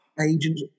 Agent